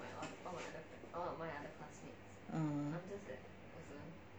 oh